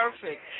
perfect